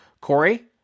Corey